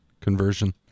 conversion